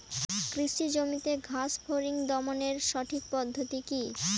কৃষি জমিতে ঘাস ফরিঙ দমনের সঠিক পদ্ধতি কি?